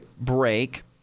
break